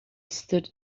stood